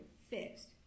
fixed